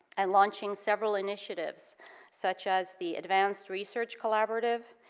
and launching several initiatives such as the advanced research collaborative,